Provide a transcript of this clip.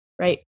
right